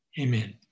Amen